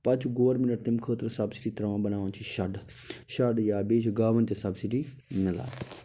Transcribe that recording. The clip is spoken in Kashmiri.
پَتہٕ چھُ گورمیٚنٛٹ تَمہِ خٲطرٕ سبسڈی ترٛاوان بناوان چھِ شیٚڈ شیٚڈ یا بیٚیہِ چھِ گاوَن تہِ سبسڈی میلان